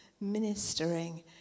ministering